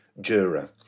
juror